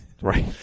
Right